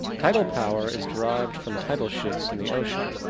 tidal power is derived from tidal shifts in the ocean.